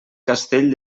castell